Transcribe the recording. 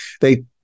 They-